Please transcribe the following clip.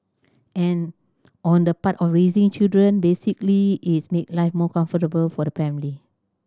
and on the part of raising children basically its make life more comfortable for the family